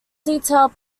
detailed